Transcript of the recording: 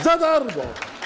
Za darmo.